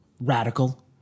radical